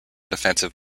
defensive